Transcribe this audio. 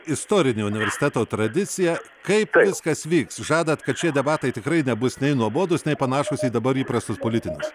istorinė universiteto tradicija kaip viskas vyks žadat kad šie debatai tikrai nebus nei nuobodūs nei panašūs į dabar įprastus politinius